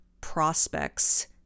prospects